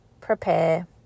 prepare